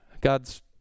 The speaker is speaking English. God's